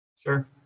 Sure